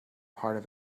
part